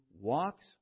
walks